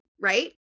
right